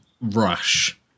rush